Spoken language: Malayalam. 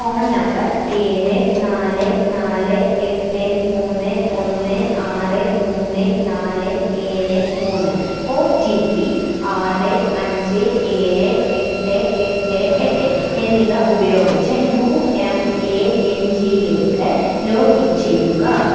ഫോൺ നമ്പർ ഏഴ് നാല് നാല് എട്ട് മൂന്ന് ഒന്ന് ആറ് മൂന്ന് നാല് ഏഴ് മൂന്ന് ഒ ടി പി ആറ് അഞ്ച് ഏഴ് എട്ട് എട്ട് എട്ട് എന്നിവ ഉപയോഗിച്ച് യു എം എ എൻ ജീലേക്ക് ലോഗിൻ ചെയ്യുക